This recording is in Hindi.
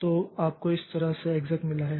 तो आपको इसी तरह से एक्सेक् मिला है